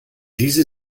diese